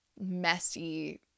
messy